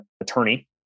attorney